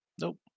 nope